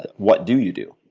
what do you do?